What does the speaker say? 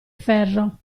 ferro